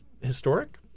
historic